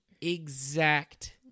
exact